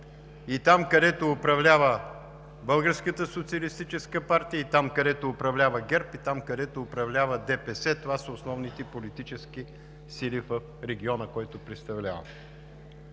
и там, където управлява Българската социалистическа партия, и там, където управлява ГЕРБ, и там, където управлява ДПС. Това са основните политически сили в региона, който представлявам.